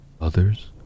Others